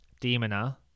Demona